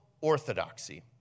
orthodoxy